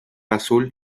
azul